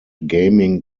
gaming